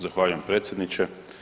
Zahvaljujem predsjedniče.